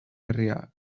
herria